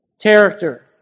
character